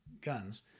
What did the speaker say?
guns